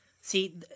See